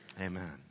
amen